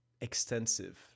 extensive